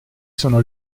sono